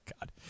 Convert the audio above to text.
God